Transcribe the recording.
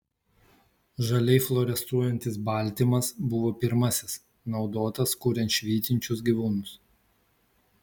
žaliai fluorescuojantis baltymas buvo pirmasis naudotas kuriant švytinčius gyvūnus